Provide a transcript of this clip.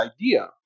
idea